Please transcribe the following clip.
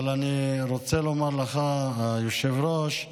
אבל אני רוצה לומר לך, היושב-ראש,